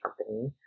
company